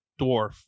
dwarf